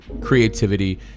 creativity